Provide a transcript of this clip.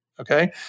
Okay